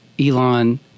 Elon